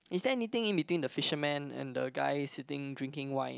is there anything in between the fisherman and the guy sitting drinking wine